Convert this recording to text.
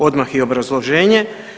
Odmah i obrazloženje.